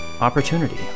opportunity